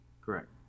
Correct